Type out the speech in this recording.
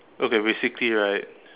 okay basically right